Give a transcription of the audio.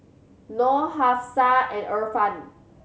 Nor Hafsa and Irfan